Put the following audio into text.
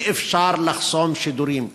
אי-אפשר לחסום שידורים.